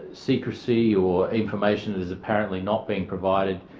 secrecy or information that is apparently not being provided.